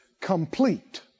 complete